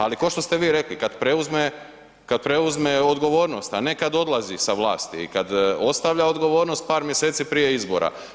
Ali ko što ste vi rekli, kad preuzme odgovornost, a ne kada odlazi sa vlasti i kad ostavlja odgovornost par mjeseci prije izbora.